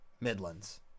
Midlands